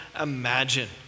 imagine